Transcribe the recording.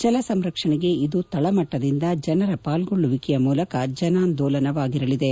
ಜಲಸಂರಕ್ಷಣೆಗೆ ಇದು ತಳಮಟ್ಟದಿಂದ ಜನರ ಪಾಲ್ಗೊಳ್ಳುವಿಕೆಯ ಮೂಲಕದ ಜಿನಾಂದೋಲನವಾಗಿರಲಿದೆ